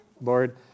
Lord